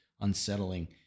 unsettling